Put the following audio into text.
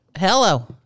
Hello